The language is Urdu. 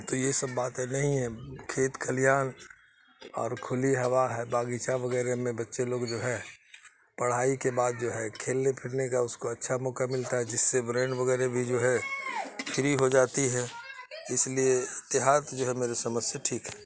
تو یہ سب باتیں نہیں ہے کھیت کھلیان اور کھلی ہوا ہے باغیچہ وغیرہ میں بچے لوگ جو ہے پڑھائی کے بعد جو ہے کھیلنے پھرنے کا اس کو اچھا موقع ملتا ہے جس سے برین وغیرہ بھی جو ہے فری ہو جاتی ہے اس لیے دیہات جو ہے میرے سمجھ سے ٹھیک ہے